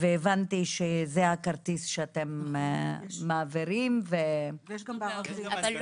הבנתי שזה הכרטיס שאתם מעבירים, ויש גם בערבית.